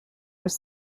was